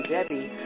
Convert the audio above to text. Debbie